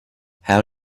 how